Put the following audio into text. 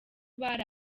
bari